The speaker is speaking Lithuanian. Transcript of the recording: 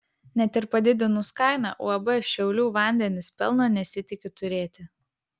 net ir padidinus kainą uab šiaulių vandenys pelno nesitiki turėti